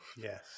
Yes